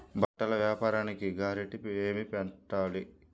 బట్టల వ్యాపారానికి షూరిటీ ఏమి పెట్టాలి?